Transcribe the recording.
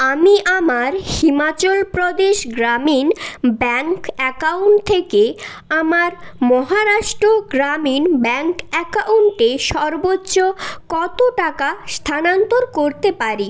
আমি আমার Himachal Pradesh Gramin bank account থেকে আমার মহারাষ্ট্র গ্রামীণ ব্যাঙ্ক অ্যাকাউন্টে সর্বোচ্চ কতো টাকা স্থানান্তর করতে পারি